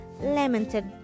lamented